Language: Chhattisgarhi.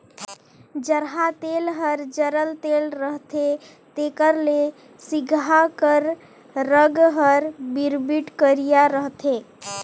जरहा तेल हर जरल तेल रहथे तेकर ले सिगहा कर रग हर बिरबिट करिया रहथे